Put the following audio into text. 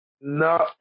No